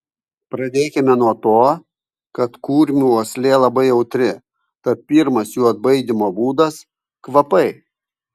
pradėkime nuo to kad kurmių uoslė labai jautri tad pirmas jų atbaidymo būdas kvapai